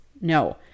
No